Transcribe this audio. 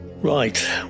Right